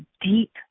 deep